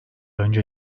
önce